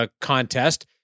Contest